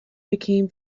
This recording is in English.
became